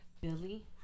Billy